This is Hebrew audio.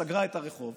סגרה את הרחוב,